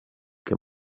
que